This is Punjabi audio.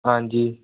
ਹਾਂਜੀ